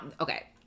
okay